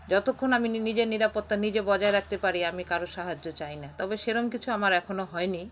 যতক্ষণ আমি নিজের নিরাপত্তা নিজে বজায় রাখতে পারি আমি কারো সাহায্য চাই না তবে সেরম কিছু আমার এখনও হয়নি